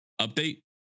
update